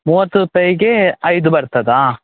ಮೂವತ್ತು ರೂಪಾಯಿಗೆ ಐದು ಬರ್ತದಾ